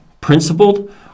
principled